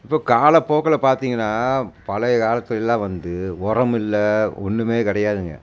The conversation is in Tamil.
இப்போ காலப்போக்கில் பார்த்தீங்கன்னா பழைய காலத்துலெல்லாம் வந்து உரமில்ல ஒன்றுமே கிடையாதுங்க